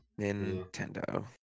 Nintendo